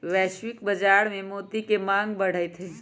वैश्विक बाजार में मोती के मांग बढ़ते हई